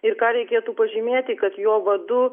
ir ką reikėtų pažymėti kad jo vadu